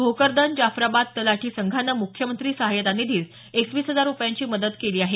भोकरदन जाफराबाद तलाठी संघानं मुख्यमंत्री सहायता निधीस एकवीस हजार रूपयांची मदत केली आहे